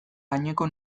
gaineko